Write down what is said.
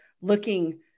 looking